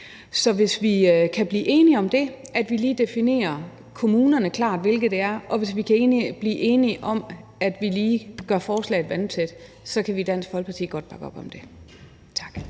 Så hvis vi kan blive enige om det, altså at vi lige definerer klart, hvilke kommuner det er, og hvis vi kan blive enige om, at vi lige gør forslaget vandtæt, så kan vi i Dansk Folkeparti godt bakke op om det. Tak.